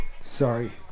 Sorry